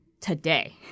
today